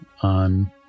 on